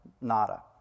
Nada